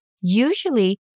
usually